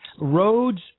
Roads